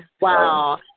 Wow